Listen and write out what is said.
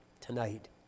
tonight